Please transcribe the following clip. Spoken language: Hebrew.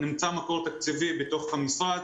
נמצא מקור תקציבי בתוך המשרד,